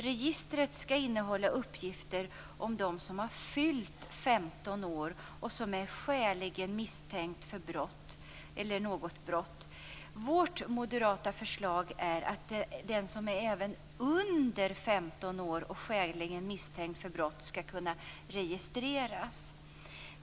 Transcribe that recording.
Registret skall innehålla uppgifter om den som har fyllt 15 år och som är skäligen misstänkt för något brott. Vårt moderata förslag är att även den som är under 15 år och skäligen misstänkt för brott skall kunna registreras.